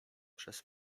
przez